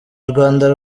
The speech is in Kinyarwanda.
rwanda